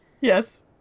Yes